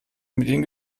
ihnen